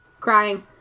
crying